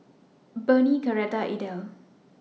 Burney Coretta and Idell